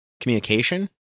communication